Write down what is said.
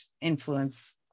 influence